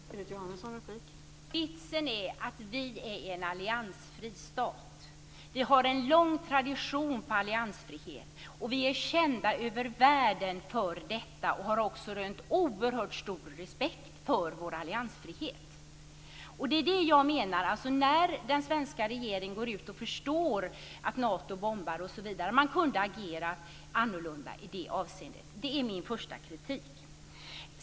Fru talman! Vitsen är att vi är en alliansfri stat. Vi har en lång tradition när det gäller alliansfriheten och vi är kända över världen för detta och har rönt oerhört stor respekt för vår alliansfrihet. När det gäller detta med att den svenska regeringen går ut och förstår Natos bombningar osv. menar jag att man kunde ha agerat annorlunda i det avseendet. Det är första punkten för min kritik.